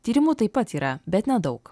tyrimų taip pat yra bet nedaug